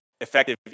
effective